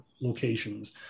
locations